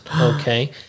Okay